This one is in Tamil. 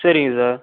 சரிங்க சார்